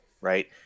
right